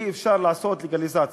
אי-אפשר לעשות לגליזציה.